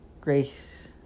Grace